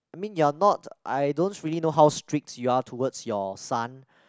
I mean you are not I don't really know how strict you are towards your son